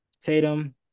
Tatum